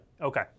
Okay